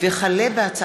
חיליק בר,